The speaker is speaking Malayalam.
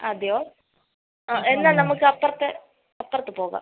അതെയോ ആ എന്നാൽ നമുക്ക് അപ്പുറത്ത് അപ്പുറത്ത് പോകാം